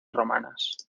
romanas